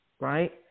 right